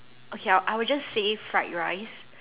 okay I will I will just say fried rice